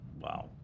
Wow